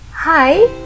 Hi